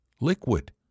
liquid